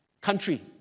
country